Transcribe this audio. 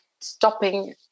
stopping